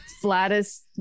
flattest